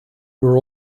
were